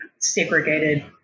Segregated